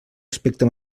aspecte